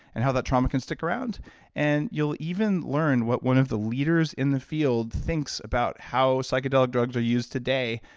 and how that trauma can stick around and you'll even learn what one of the leaders in the field thinks about how psychedelic drugs are used today,